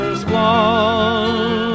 squall